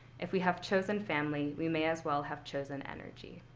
if we have chosen family, we may as well have chosen energy.